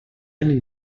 anni